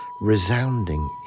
resounding